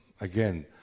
again